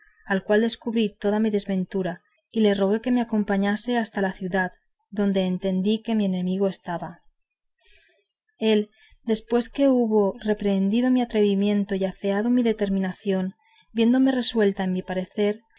al cual descubrí toda mi desventura y le rogué me acompañase hasta la ciudad donde entendí que mi enemigo estaba él después que hubo reprehendido mi atrevimiento y afeado mi determinación viéndome resuelta en mi parecer